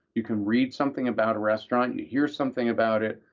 you can read something about a restaurant. you hear something about it,